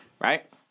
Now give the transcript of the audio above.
right